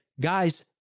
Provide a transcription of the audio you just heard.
guys